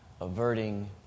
averting